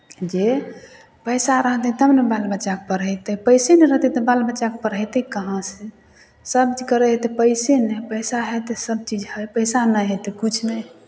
जे पैसा रहतै तब ने बाल बच्चाकेँ पढ़ेतै पैसे नहि रहतै तऽ बाल बच्चाकेँ पढ़ेतै कहाँसँ सभचीज करै हइ तऽ पैसे नहि पैसा हइ तऽ सभचीज हइ पैसा नहि हइ तऽ किछु नहि हइ